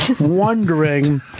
wondering